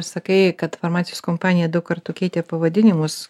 sakai kad farmacijos kompanija daug kartų keitė pavadinimus